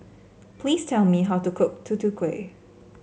please tell me how to cook Tutu Kueh